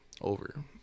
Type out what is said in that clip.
over